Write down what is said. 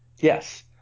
Yes